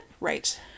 right